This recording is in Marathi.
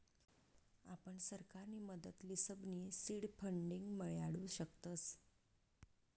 आपण सरकारनी मदत लिसनबी सीड फंडींग मियाडू शकतस